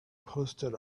posted